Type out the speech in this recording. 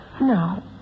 No